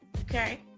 okay